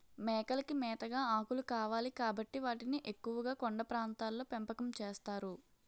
మేకలకి మేతగా ఆకులు కావాలి కాబట్టి వాటిని ఎక్కువుగా కొండ ప్రాంతాల్లో పెంపకం చేస్తారు